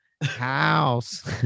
house